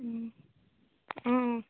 অঁ